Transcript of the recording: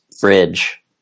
bridge